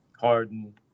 Harden